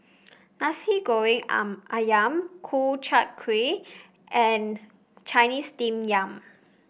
Nasi Goreng ayam Ku Chai Kuih and Chinese Steamed Yam